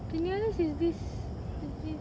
the nearest is this is this